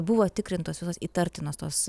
buvo tikrintos visos įtartinos tos